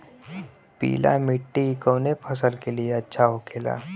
पीला मिट्टी कोने फसल के लिए अच्छा होखे ला?